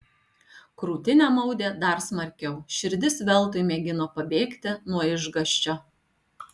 krūtinę maudė dar smarkiau širdis veltui mėgino pabėgti nuo išgąsčio